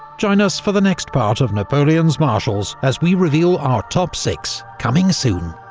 join us for the next part of napoleon's marshals as we reveal our top six, coming soon.